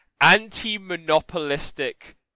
anti-monopolistic